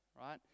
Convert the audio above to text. right